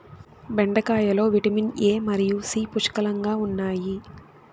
బెండకాయలో vitamin A మరియు C పుష్కలంగా ఉన్నాయి